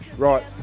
Right